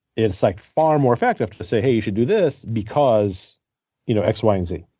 it's like far more effective to say, hey, you should do this because you know x, y, and z.